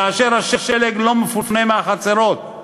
כאשר השלג לא מפונה מהחצרות.